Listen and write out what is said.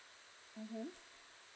mmhmm